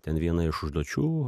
ten viena iš užduočių